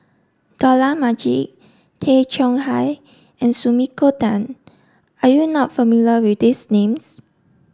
Dollah Majid Tay Chong Hai and Sumiko Tan are you not familiar with these names